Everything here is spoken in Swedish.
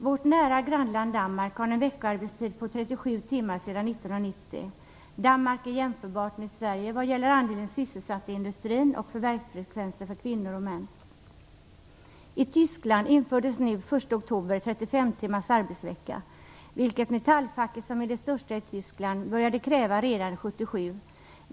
Vårt nära grannland Danmark har en veckoarbetstid på 37 timmar sedan 1990. Danmark är jämförbart med Sverige vad gäller andelen sysselsatta i industrin och förvärvsfrekvensen för kvinnor och män. I Tyskland infördes den 1 oktober i år 35 timmars arbetsvecka, vilket metallfacket, som är det största i Tyskland, började kräva redan 1977.